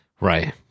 right